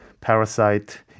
Parasite